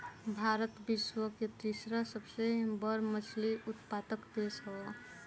भारत विश्व के तीसरा सबसे बड़ मछली उत्पादक देश ह